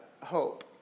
Hope